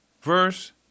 verse